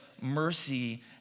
mercy